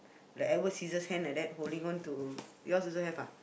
the Edward-Scissorshand like that holding on to yours also have ah